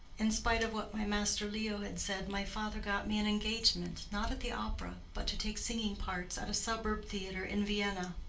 in spite of what my master leo had said, my father got me an engagement, not at the opera, but to take singing parts at a suburb theatre in vienna.